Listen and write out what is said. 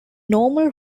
normal